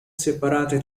separate